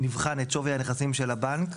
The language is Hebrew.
נבחן את שווי הנכסים של הבנק,